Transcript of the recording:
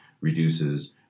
reduces